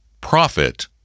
profit